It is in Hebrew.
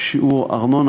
שיעור ארנונה.